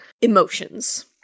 emotions